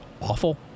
awful